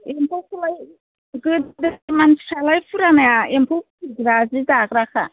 एम्फौखौलाय गोदोनि मानसिफ्रालाय फुरानाया एम्फौ फिसिग्रा सि दाग्राखा